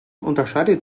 unterscheidet